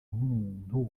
nk’umuntu